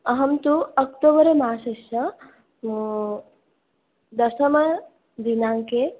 अहं तु अक्टोबर् मासस्य दशमदिनाङ्के